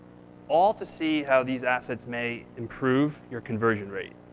all to see how these assets may improve your conversion rate.